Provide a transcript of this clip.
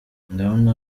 ndabona